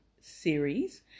series